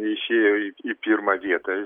išėjo į į pirmą vietą ir